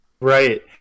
Right